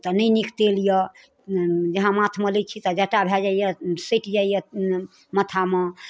तऽ नहि नीक तेल यऽ जहन माथ मे लै छी तऽ जट्टा भऽ जाइया सटि जाइया माथामे